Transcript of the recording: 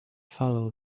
follow